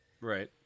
Right